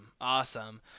Awesome